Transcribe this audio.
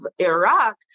Iraq